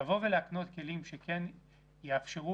לבוא ולהקנות כלים שכן יאפשרו